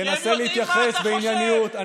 תנסה להתייחס בענייניות.